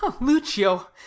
lucio